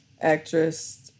actress